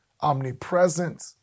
omnipresent